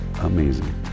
Amazing